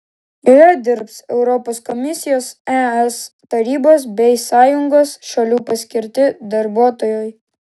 joje dirbs europos komisijos es tarybos bei sąjungos šalių paskirti darbuotojai